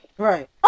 Right